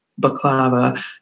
baklava